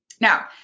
Now